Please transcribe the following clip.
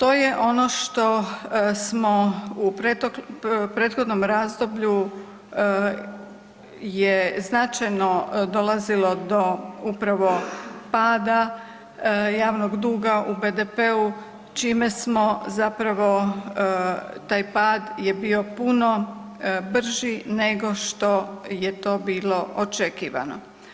To je ono što smo u prethodnom razdoblju je značajno dolazilo do upravo pada javnog duga u BDP-u čime smo zapravo taj pad je bio puno brži nego što je to bilo očekivano.